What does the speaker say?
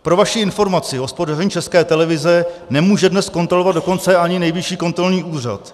Pro vaši informaci, hospodaření České televize nemůže dnes kontrolovat dokonce ani Nejvyšší kontrolní úřad.